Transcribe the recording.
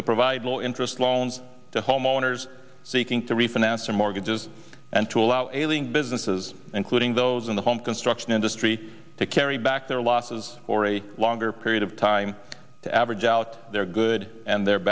that provide low interest loans to homeowners seeking to refinance their mortgages and to allow a wing businesses including those in the home construction industry to carry back their losses or a longer period of time to average out their good and the